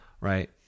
right